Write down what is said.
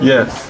Yes